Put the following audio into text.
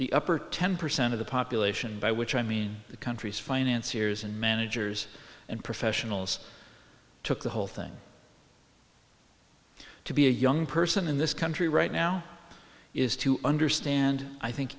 the upper ten percent of the population by which i mean the country's financier's and managers and professionals took the whole thing to be a young person in this country right now is to understand i think